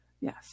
yes